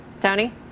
Tony